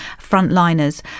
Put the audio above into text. frontliners